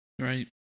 Right